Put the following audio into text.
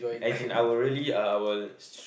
as in I will really I will